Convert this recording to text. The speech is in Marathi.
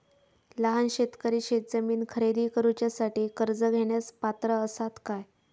लहान शेतकरी शेतजमीन खरेदी करुच्यासाठी कर्ज घेण्यास पात्र असात काय?